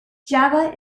java